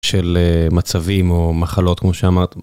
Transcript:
של מצבים או מחלות כמו שאמרת.